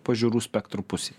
pažiūrų spektro pusėj